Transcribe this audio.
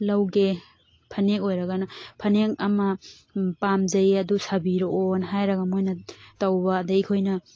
ꯂꯧꯒꯦ ꯐꯅꯦꯛ ꯑꯣꯏꯔꯒꯅ ꯐꯅꯦꯛ ꯑꯃ ꯄꯥꯝꯖꯩ ꯑꯗꯨ ꯁꯥꯕꯤꯔꯛꯑꯣꯅ ꯍꯥꯏꯔꯒ ꯃꯣꯏꯅ ꯇꯧꯕ ꯑꯗꯨꯒ ꯑꯩꯈꯣꯏꯅ